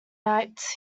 nights